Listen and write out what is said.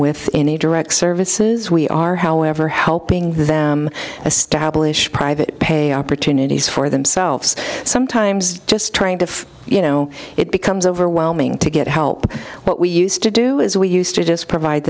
with any direct services we are however helping them a stablish private pay opportunities for themselves sometimes just trying to you know it becomes overwhelming to get help what we used to do is we used to just provide